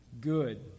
good